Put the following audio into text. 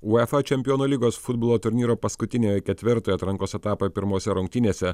uefa čempionų lygos futbolo turnyro paskutiniojo ketvirtojo atrankos etapo pirmose rungtynėse